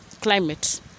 climate